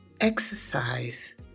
exercise